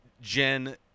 Jen